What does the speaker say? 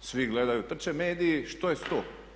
svi gledaju, trče mediji, što je sto?